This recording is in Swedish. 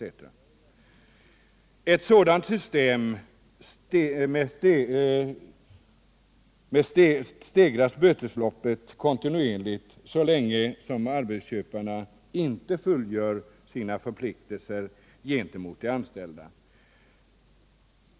Med ett sådant system stegras bötesbeloppet kontinuerligt så länge arbetsköparen inte fullgör sina förpliktelser gentemot de anställda.